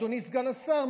אדוני סגן השר,